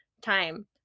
time